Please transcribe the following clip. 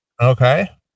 Okay